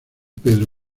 pedro